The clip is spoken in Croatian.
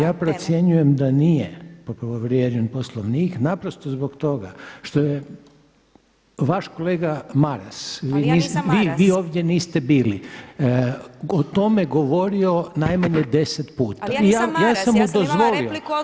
Ja procjenjujem da nije povrijeđen Poslovnik, naprosto zbog toga što vaš kolega Maras , [[Upadica Glasovac: Ali ja nisam Maras.]] vi ovdje niste bili, o tome govorio najmanje deset puta.